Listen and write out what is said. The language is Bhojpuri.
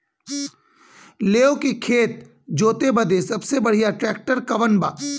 लेव के खेत जोते बदे सबसे बढ़ियां ट्रैक्टर कवन बा?